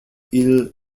ile